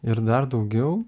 ir dar daugiau